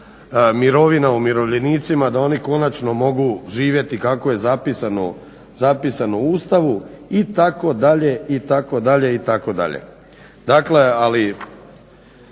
mirovina umirovljenicima da oni konačno mogu živjeti kako je zapisano u Ustavu itd., itd. Dakle, ali da ne